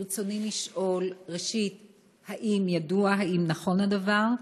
רצוני לשאול: 1. האם נכון הדבר?